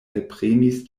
alpremis